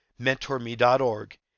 mentorme.org